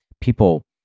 people